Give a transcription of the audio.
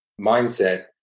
mindset